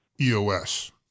EOS